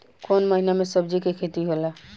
कोउन महीना में सब्जि के खेती होला?